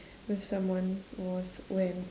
with someone was when